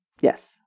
Yes